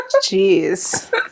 Jeez